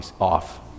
off